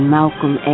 Malcolm